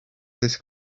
this